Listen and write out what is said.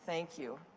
thank you.